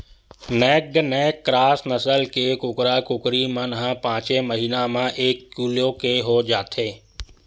naked neck cross नसल के कुकरा, कुकरी मन ह पाँचे महिना म एक किलो के हो जाथे